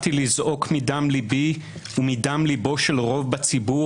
באתי לזעוק מדם ליבי ומדם ליבו של רוב בציבור,